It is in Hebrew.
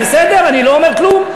זה בסדר, אני לא אומר כלום.